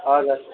हजुर